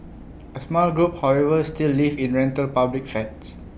A small group however still live in rental public flats